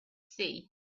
sea